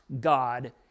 God